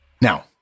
Now